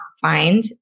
find